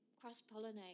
cross-pollinate